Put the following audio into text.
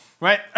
right